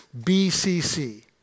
BCC